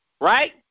right